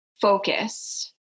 focus